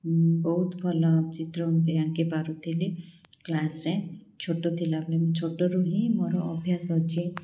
ବହୁତ ଭଲ ଚିତ୍ର ଆଙ୍କି ପାରୁଥିଲି କ୍ଲାସ୍ରେ ଛୋଟ ଥିଲା ଛୋଟରୁ ହିଁ ମୋର ଅଭ୍ୟାସ ଅଛି